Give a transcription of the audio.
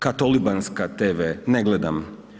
Katolibanska tv ne gledam.